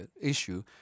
issue